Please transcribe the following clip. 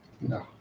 no